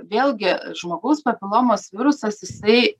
vėlgi žmogaus papilomos virusas jisai